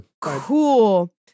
cool